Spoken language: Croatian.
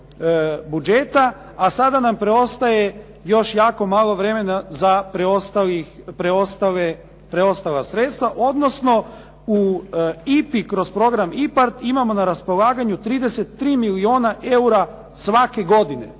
budžeta a sada nam preostaje još jako malo vremena za preostala sredstva, odnosno u IPA-i kroz program IPARD imamo na raspolaganju 33 milijuna eura svake godine.